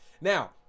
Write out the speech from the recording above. Now